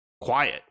quiet